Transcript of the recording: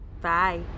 Bye